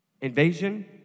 Invasion